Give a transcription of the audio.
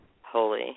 holy